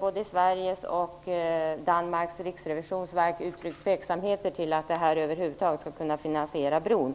Både Sveriges och Danmarks riksrevisionsverk har dock uttryckt tveksamhet till att 10 000 bilar skall kunna finansiera bron.